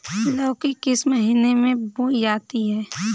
लौकी किस महीने में बोई जाती है?